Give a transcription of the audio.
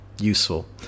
useful